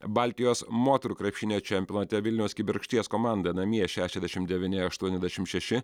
baltijos moterų krepšinio čempionate vilniaus kibirkšties komanda namie šešiasdešimt devyni aštuoniasdešimt šeši